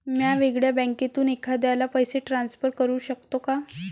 म्या वेगळ्या बँकेतून एखाद्याला पैसे ट्रान्सफर करू शकतो का?